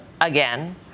again